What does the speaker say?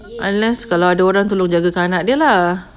unless ada orang tolong jagakan anak dia lah